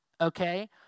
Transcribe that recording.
okay